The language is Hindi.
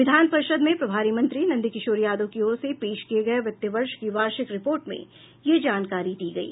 विधान परिषद में प्रभारी मंत्री नंदकिशोर यादव की ओर से पेश किये गये वित्त वर्ष की वार्षिक रिपोर्ट में यह जानकारी दी गयी